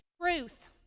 truth